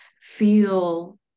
feel